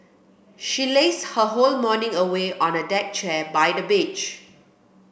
she lazed her whole morning away on a deck chair by the beach